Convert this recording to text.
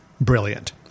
brilliant